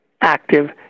active